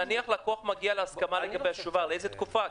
נניח לקוח מגיע להסכמה לגבי השובר, לאיזו תקופה?